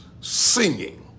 singing